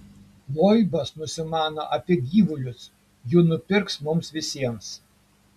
loibas nusimano apie gyvulius jų nupirks mums visiems